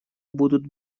будут